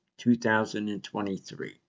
2023